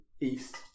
east